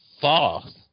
false